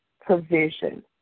provision